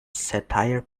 satire